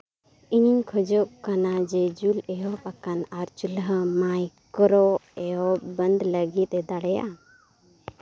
ᱤᱧ ᱠᱷᱚᱡᱚᱜ ᱠᱟᱱᱟ ᱡᱮ ᱡᱩᱞ ᱮᱦᱚᱵᱽ ᱟᱠᱟᱱ ᱟᱨ ᱪᱩᱞᱦᱟᱹ ᱢᱟᱭᱠᱨᱳᱼᱚᱭᱮᱵᱷ ᱵᱚᱱᱫᱚ ᱞᱟᱹᱜᱤᱫᱼᱮ ᱫᱟᱲᱮᱭᱟᱜᱼᱟ